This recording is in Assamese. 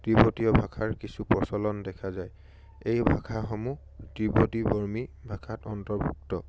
তীব্বতীয় ভাষাৰ কিছু প্ৰচলন দেখা যায় এই ভাষাসমূহ তীব্বতী বৰ্মী ভাষাত অন্তৰ্ভুক্ত